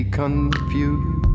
confused